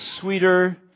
sweeter